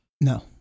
No